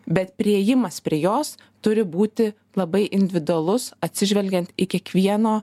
bet priėjimas prie jos turi būti labai individualus atsižvelgiant į kiekvieno